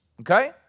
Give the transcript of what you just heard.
Okay